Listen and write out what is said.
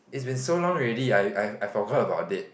is been so long already I I I forgot about it